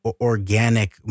organic